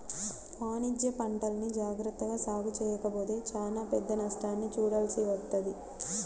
వాణిజ్యపంటల్ని జాగర్తగా సాగు చెయ్యకపోతే చానా పెద్ద నష్టాన్ని చూడాల్సి వత్తది